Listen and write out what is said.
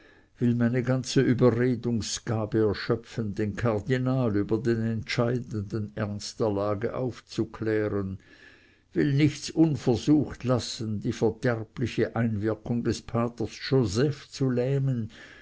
will meine ganze überredungsgabe erschöpfen den kardinal über den entscheidenden ernst der lage aufzuklären will nichts unversucht lassen die verderbliche einwirkung des paters joseph zu lähmen